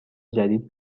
جدید